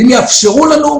ואם יאפשרו לנו,